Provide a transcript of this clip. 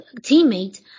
teammate